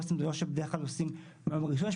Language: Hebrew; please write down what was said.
עו"סים זה דבר שבדרך כלל עושים מהיום הראשון.